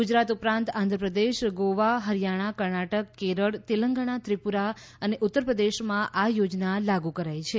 ગુજરાત ઉપરાંત આંધ્રપ્રદેશ ગોવા હરિયાણા કર્ણાટક કેરળ તેલંગાણા ત્રિપુરા અને ઉત્તર પ્રદેશમાં આ યોજના લાગુ કરાઈ છે